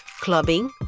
clubbing